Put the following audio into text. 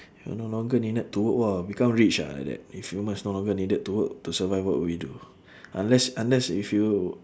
you no longer needed to work !wah! become rich ah like that if humans no longer needed to work to survive what would we do unless unless if you